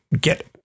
get